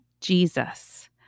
Jesus